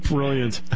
Brilliant